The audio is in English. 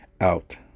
out